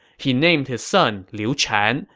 he named his son, liu chan,